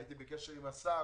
הייתי בקשר עם השר,